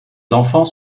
enfants